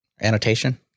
annotation